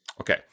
Okay